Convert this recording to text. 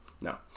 no